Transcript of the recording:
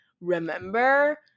remember